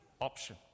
option